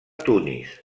tunis